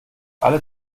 alle